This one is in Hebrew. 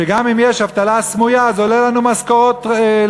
ושם גם אם יש אבטלה סמויה זה עולה לנו משכורות לשווא.